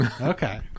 Okay